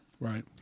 right